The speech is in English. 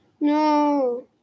No